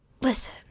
Listen